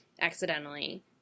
accidentally